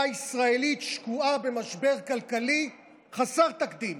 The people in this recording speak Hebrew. הישראלית שקועה במשבר כלכלי חסר תקדים.